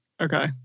Okay